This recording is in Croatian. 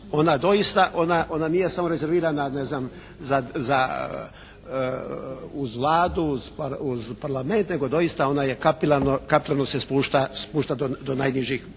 Onda doista, ona nije samo rezervirana ne znam za uz Vladu, uz Parlament nego doista ona je kapilarno se spušta do najnižih